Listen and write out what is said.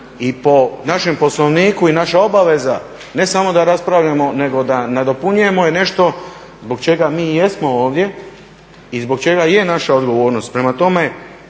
i po našem Poslovniku i naša obaveza ne samo da raspravljamo, nego da nadopunjujemo je nešto zbog čega mi i jesmo ovdje i zbog čega je naša odgovornost. Prema tome,